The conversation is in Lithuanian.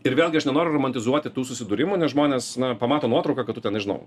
ir vėlgi aš nenoriu romantizuoti tų susidūrimų nes žmonės na pamato nuotrauką kad tu ten nežinau